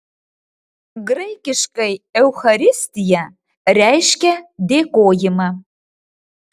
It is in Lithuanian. graikiškai eucharistija reiškia dėkojimą